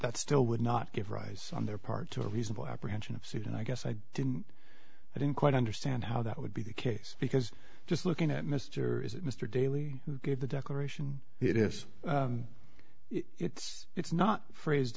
that still would not give rise on their part to a reasonable apprehension of suit and i guess i didn't i didn't quite understand how that would be the case because just looking at mr is it mr daley who gave the declaration it is it's it's not phrased